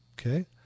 Okay